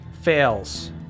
fails